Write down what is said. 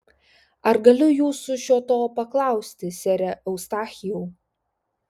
ar galiu jūsų šio to paklausti sere eustachijau